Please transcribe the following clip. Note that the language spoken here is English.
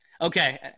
Okay